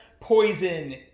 poison